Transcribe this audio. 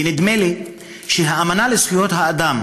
ונדמה לי שהאמנה לזכויות האדם